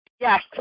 Yes